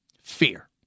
Fear